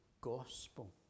gospel